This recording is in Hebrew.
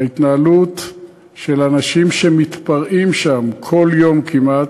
ההתנהלות של אנשים שמתפרעים שם, כל יום כמעט,